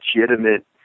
legitimate